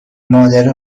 مادر